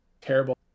terrible